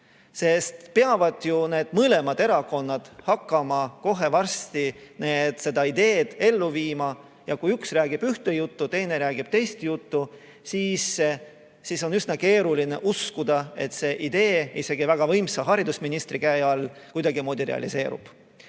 Peavad ju need mõlemad erakonnad hakkama kohe varsti seda ideed ellu viima, aga kui üks räägib ühte juttu ja teine räägib teist juttu, siis on üsna raske uskuda, et see idee isegi väga võimsa haridusministri käe all kuidagimoodi realiseerub.